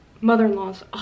mother-in-laws